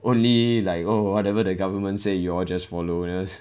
only like oh whatever the government say you all just for follow